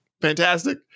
fantastic